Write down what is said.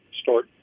start